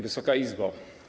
Wysoka Izbo!